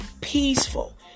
peaceful